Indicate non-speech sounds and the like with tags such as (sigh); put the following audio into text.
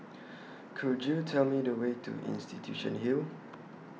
(noise) Could YOU Tell Me The Way to Institution Hill